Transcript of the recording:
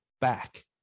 back